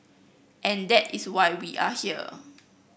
and that is why we are here